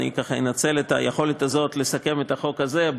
אני אנצל את היכולת לסכם את החוק הזה,